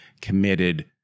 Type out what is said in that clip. committed